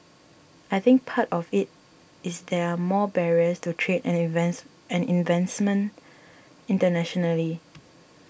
I think part of it is there are more barriers to trade and investment and investments internationally